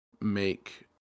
make